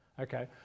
Okay